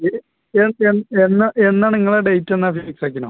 ഇത് എന്ന് എന്നാണ് നിങ്ങളുടെ ഡേറ്റ് എന്നാണ് ഫിക്സ് ആക്കീനോ